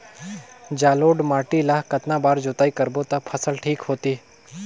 जलोढ़ माटी ला कतना बार जुताई करबो ता फसल ठीक होती?